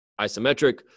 isometric